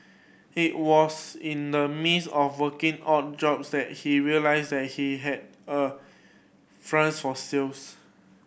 it was in the midst of working odd jobs that he realised that he had a for sales